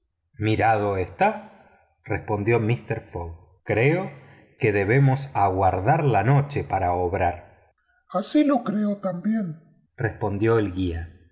mirado está respondió mister fogg creo que debemos aguardar la noche para obrar así lo creo también respondió el guía